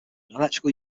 electrical